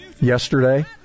yesterday